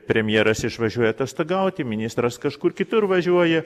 premjeras išvažiuoja atostogauti ministras kažkur kitur važiuoja